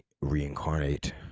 reincarnate